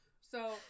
So-